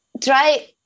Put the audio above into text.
try